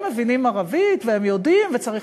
הם מבינים ערבית והם יודעים וצריך